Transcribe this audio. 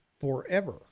forever